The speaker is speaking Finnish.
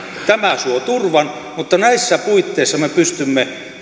tämä suo turvan mutta näissä puitteissa me pystymme